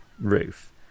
roof